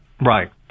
Right